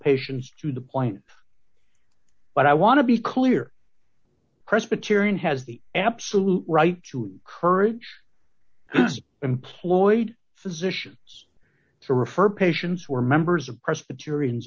patients to the point but i want to be clear presbyterian has the absolute right to courage employed physicians to refer patients who are members of presbyterian